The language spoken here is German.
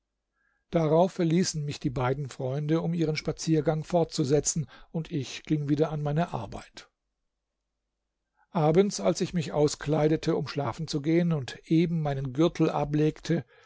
darauf verließen mich die beiden freunde um ihren spaziergang fortzusetzen und ich ging wieder an meine arbeit abends als ich mich auskleidete um schlafen zu gehen und eben meinen gürtel ablegte